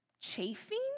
chafing